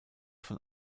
von